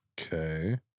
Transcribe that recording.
okay